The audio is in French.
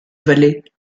valet